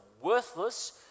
worthless